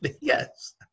Yes